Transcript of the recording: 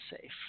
safe